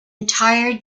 entire